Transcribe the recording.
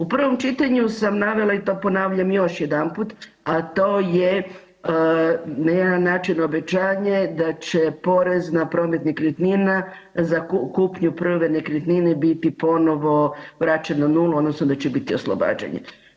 U prvom čitanju sam navela i to ponavljam još jedanput, a to je, na jedan način obećanje da će porez na promet nekretnina za kupnju prve nekretnine biti ponovo vraćen na nulu, odnosno da će biti oslobađanje.